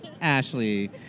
Ashley